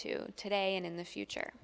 to today and in the future